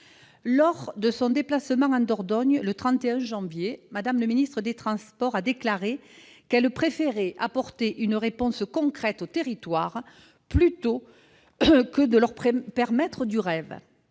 Lors de son déplacement en Dordogne le 31 janvier, Mme Borne a déclaré qu'elle préférait apporter une réponse concrète aux territoires plutôt que de leur promettre du rêve.